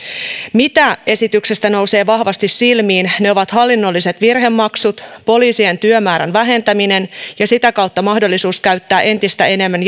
mitä esityksestä nousee vahvasti silmiin ne ovat hallinnolliset virhemaksut poliisien työmäärän vähentäminen ja sitä kautta mahdollisuus käyttää tieliikenteessä jatkossa entistä enemmän